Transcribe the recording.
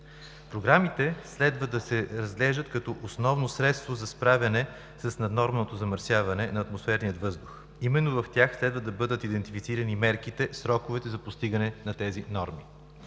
Програмите следва да се разглеждат като основно средство за справяне с наднорменото замърсяване на атмосферния въздух. Именно в тях следва да бъдат идентифицирани мерките – сроковете за постигане на тези норми.